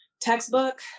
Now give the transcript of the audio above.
textbook